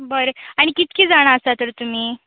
बरें आनी कितकी जाणा आसा तर तुमी